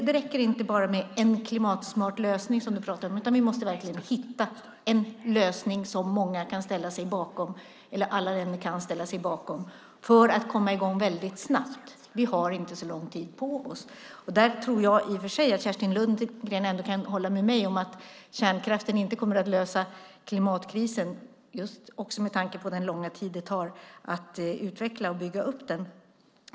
Det räcker inte med en klimatsmart lösning, som du pratar om, utan vi måste verkligen hitta en lösning som alla länder kan ställa sig bakom för att komma i gång väldigt snabbt. Vi har inte så lång tid på oss. Där tror jag i och för sig att Kerstin Lundgren ändå kan hålla med mig om att kärnkraften inte kommer att lösa klimatkrisen. Det gäller också med tanke på den långa tid det tar att utveckla och bygga upp den.